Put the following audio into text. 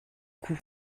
cou